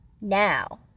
now